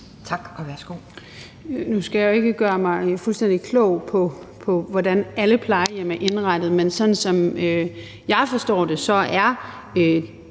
Tak, og værsgo.